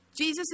Jesus